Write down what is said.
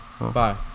Bye